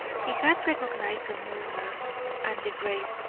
he had recognised the mourner and the grave.